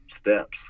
steps